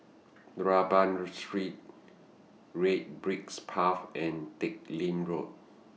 Rambau Street Red Bricks Path and Teck Lim Road